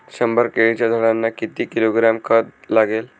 शंभर केळीच्या झाडांना किती किलोग्रॅम खत लागेल?